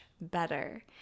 better